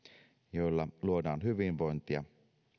joilla luodaan hyvinvointia